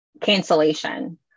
cancellation